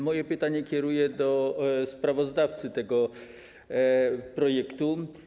Moje pytanie kieruję do sprawozdawcy tego projektu.